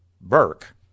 Burke